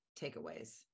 takeaways